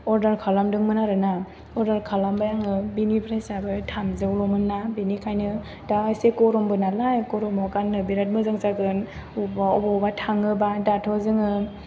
अर्दार खालामदोंमोन आरोना अर्दार खालामबाय आङो बिनि प्रायजआबो थामजौल'मोन ना बेनिखायनो दा एसे गरमबो नालाय गरमाव गाननो बिराद मोजां जागोन अबावबा अबावबा थाङोबा दाथ' जोङो